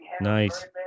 Nice